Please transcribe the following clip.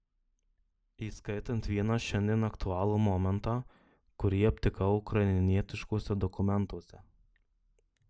įskaitant vieną šiandien aktualų momentą kurį aptikau ukrainietiškuose dokumentuose